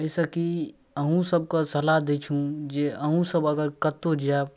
ओहिसँ कि अहूँसभके सलाह दै छी जे अहूँसभ अगर कतहु जाएब